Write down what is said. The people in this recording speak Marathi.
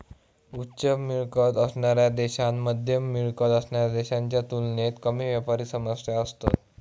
उच्च मिळकत असणाऱ्या देशांत मध्यम मिळकत असणाऱ्या देशांच्या तुलनेत कमी व्यापारी समस्या असतत